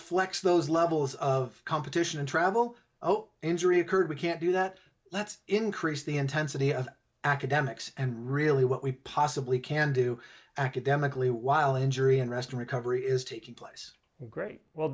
flex those levels of competition and travel oh injury occurred we can't do that let's increase the intensity of academics and really what we possibly can do academically while injury and rest recovery is taking place great w